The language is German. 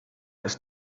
ist